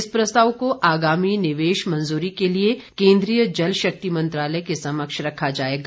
इस प्रस्ताव को आगामी निवेश मंजूरी के लिए केंद्रीय जल शक्ति मंत्रालय के समक्ष रखा जाएगा